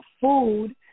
food